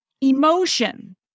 Emotion